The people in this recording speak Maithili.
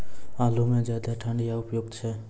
आलू म ज्यादा ठंड म उपयुक्त छै?